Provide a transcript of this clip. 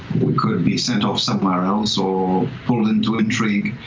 we could be sent off somewhere else or pulled into intrigue.